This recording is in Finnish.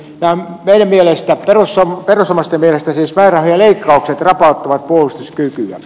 tämä meidän mielestä perus ja perussuomalaisten mielestä määrärahojen leikkaukset rapauttavat puolustuskykyä